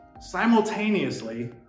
simultaneously